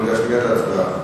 אנחנו ניגש מייד להצבעה.